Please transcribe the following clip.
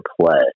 play